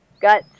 got